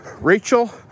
Rachel